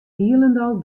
hielendal